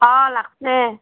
অঁ লাগিছে